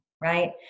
right